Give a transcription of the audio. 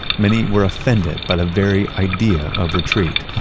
many were offended by the very idea of retreat.